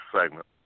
segment